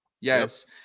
yes